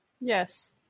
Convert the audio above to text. Yes